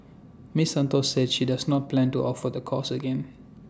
miss Santos said she does not plan to offer the course again